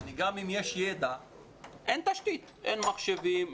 גם אם יש ידע אין תשתית, אין מחשבים.